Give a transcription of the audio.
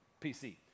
PC